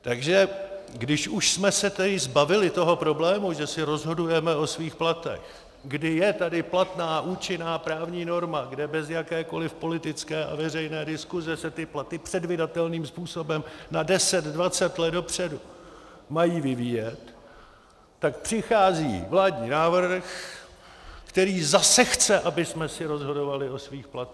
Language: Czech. Takže když už jsme se tedy zbavili toho problému, že si rozhodujeme o svých platech, kdy je tady platná, účinná právní norma, kde bez jakékoli politické a veřejné diskuse se ty platy předvídatelným způsobem na deset dvacet let dopředu mají vyvíjet, tak přichází vládní návrh, který zase chce, abychom si zase rozhodovali o svých platech.